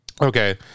Okay